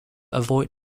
avoid